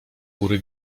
góry